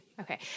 Okay